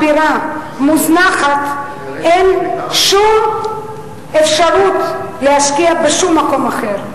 מוזנחת, אין שום אפשרות להשקיע בשום מקום אחר.